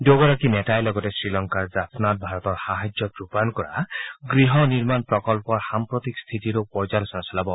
দুয়োগৰাকী নেতাই লগতে শ্ৰীলংকাৰ জাফনাত ভাৰতৰ সাহায্যত ৰূপায়ণ কৰা গৃহ নিৰ্মাণ প্ৰকল্পৰ সাম্প্ৰতিক স্থিতিৰ পৰ্যালোচনা চলাব